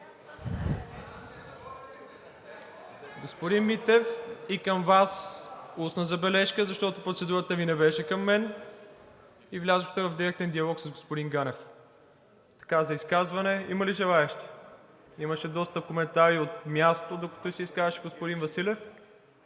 Господин Митев, и към Вас устна забележка, защото процедурата Ви не беше към мен и влязохте в директен диалог с господин Ганев. За изказване има ли желаещи? Имаше доста коментари от място, докато се изказваше господин Василев.